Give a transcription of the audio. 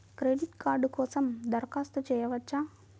Credit card కోసం దరఖాస్తు చేయవచ్చా?